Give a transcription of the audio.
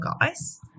guys